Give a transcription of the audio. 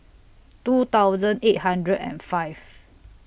two thousand eight hundred and five